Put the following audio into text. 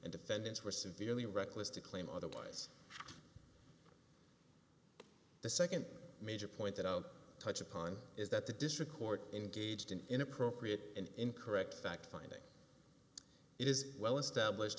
and defendants were severely reckless to claim otherwise the nd major point of touch upon is that the district court engaged in inappropriate and incorrect fact finding it is well established